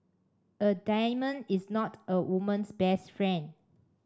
a diamond is not a woman's best friend